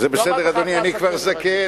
זה בסדר, אדוני, אני כבר זקן.